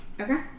Okay